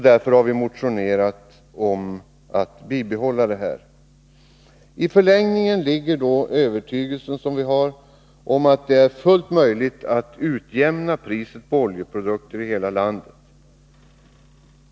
Därför har vi motionerat om att bibehålla detta bidrag. I förlängningen ligger vår övertygelse om att det är fullt möjligt att utjämna priset på oljeprodukter i hela landet.